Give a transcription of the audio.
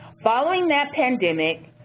following that pandemic,